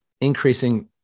increasing